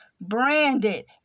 branded